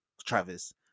Travis